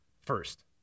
first